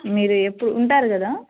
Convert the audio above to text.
మీరు ఎప్పు ఉంటారు కదా